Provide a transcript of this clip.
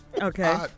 Okay